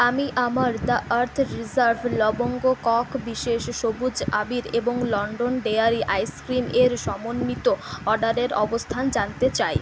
আমি আমার The Earth Reserve লবঙ্গ কক বিশেষ সবুজ আবির এবং লন্ডন ডেয়ারি আইসক্রিম এর সমন্বিত অর্ডারের অবস্থান জানতে চাই